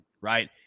right